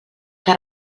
que